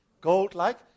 gold-like